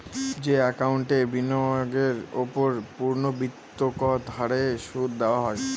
যে একাউন্টে বিনিয়োগের ওপর পূর্ণ্যাবৃত্তৎকত হারে সুদ দেওয়া হয়